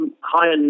higher